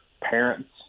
parents